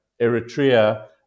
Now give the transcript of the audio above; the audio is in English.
Eritrea